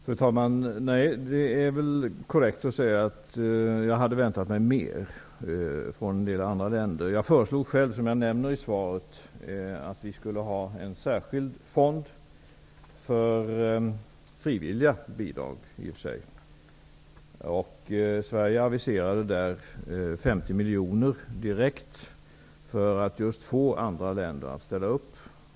Fru talman! Det är korrekt att säga att jag hade väntat mig mer av vissa andra länder. Jag föreslog själv, såsom jag nämner i svaret, att en särskild fond för frivilliga bidrag skulle inrättas. Sverige aviserade direkt 50 miljoner kronor för att ju få andra länder att också ställa upp.